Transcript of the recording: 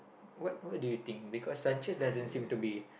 what what do you think because Sanchez doesn't seem to be